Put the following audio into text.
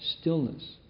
stillness